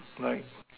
right